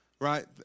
right